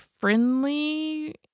friendly